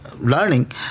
learning